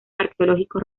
arqueológicos